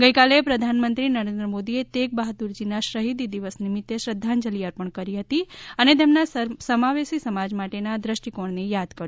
ગઇકાલે પ્રધાનમંત્રી નરેન્દ્ર મોદીએ તેગ બહાદુરજીના શહીદી દિવસ નિમિત્તે શ્રદ્ધાંજલી અર્પણ કરી હતી અને તેમના સમાવેશી સમાજ માટેના દ્રષ્ટિકોણ યાદ કર્યું હતું